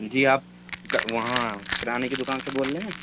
جی آپ وہاں کرانے کی دوکان سے بول رہے ہیں